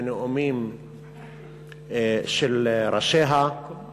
בנאומים של ראשיה,